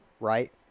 right